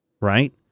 right